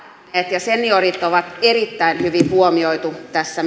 ja seniorit on erittäin hyvin huomioitu tässä